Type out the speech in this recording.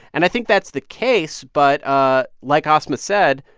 and i think that's the case. but ah like asma said,